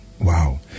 wow